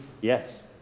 Yes